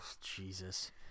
Jesus